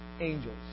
angels